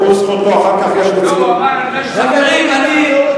הוא, זכותו, אחר כך, לא משתלח, אדוני היושב-ראש,